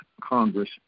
Congress